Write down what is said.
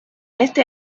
ese